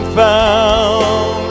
found